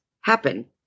happen